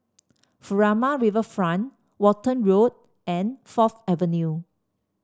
Furama Riverfront Walton Road and Fourth Avenue